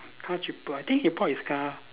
car cheaper I think he bought his car